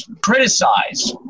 criticize